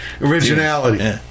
originality